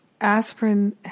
aspirin